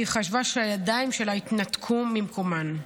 שהיא חשבה שהידיים שלה התנתקו ממקומן.